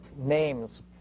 names